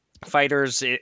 Fighters